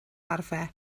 arfer